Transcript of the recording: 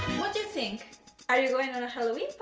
what do you think? are you going on a halloween